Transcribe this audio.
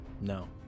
No